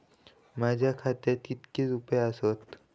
माझ्या खात्यात कितके रुपये आसत?